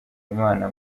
imana